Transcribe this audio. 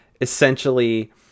essentially